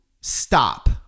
stop